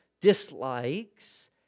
dislikes